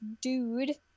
dude